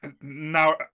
Now